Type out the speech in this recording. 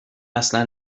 اصلا